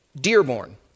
Dearborn